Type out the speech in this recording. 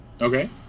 Okay